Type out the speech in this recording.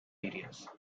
areas